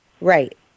Right